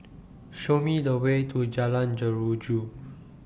Show Me The Way to Jalan Jeruju